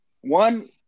One